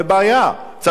צריך להגיד את האמת.